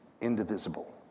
indivisible